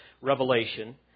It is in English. revelation